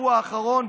השבוע האחרון,